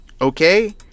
Okay